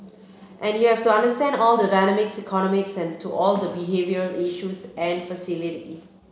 and you have to understand all the dynamics ergonomics and to all the behavioural issues and facilitate it